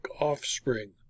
offspring